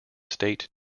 state